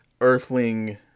Earthling